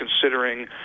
considering